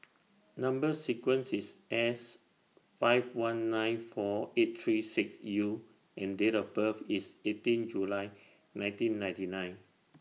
Number sequence IS S five one nine four eight three six U and Date of birth IS eighteen July nineteen ninety nine